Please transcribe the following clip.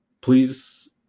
please